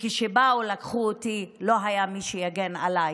כשבאו לקחת אותי, לא היה מי שיגן עליי.